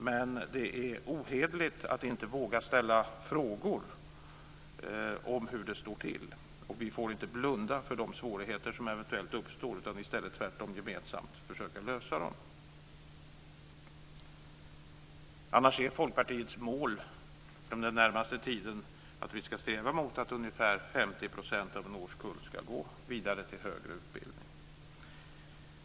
Men det är ohederligt att inte våga ställa frågor om hur det står till. Vi får inte blunda för de svårigheter som eventuellt uppstår, utan vi måste tvärtom gemensamt försöka att lösa dem. Annars är Folkpartiets mål att vi ska sträva mot att ca 50 % av en årskull ska gå vidare till en högre utbildning.